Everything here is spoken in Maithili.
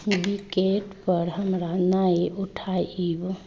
विकेण्डपर हमरा नहि उठायब